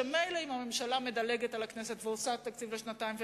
שמילא אם הממשלה מדלגת על הכנסת ועושה תקציב לשנתיים,